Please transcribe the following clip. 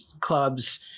clubs